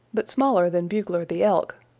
but smaller than bugler the elk,